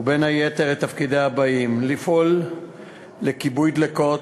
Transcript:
ובין היתר את תפקידיה הבאים: לפעול לכיבוי דלקות,